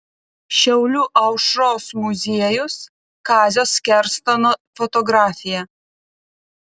šiaulių aušros muziejus kazio skerstono fotografija